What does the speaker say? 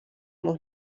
noch